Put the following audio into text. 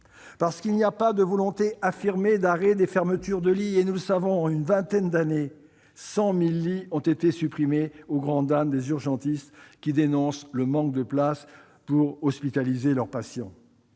outre, il n'y a pas de volonté affirmée de mettre fin aux fermetures de lits. En une vingtaine d'années, 100 000 lits ont été supprimés, au grand dam des urgentistes, qui dénoncent le manque de places pour hospitaliser leurs patients.